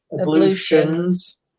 ablutions